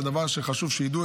זה דבר שחשוב שידעו.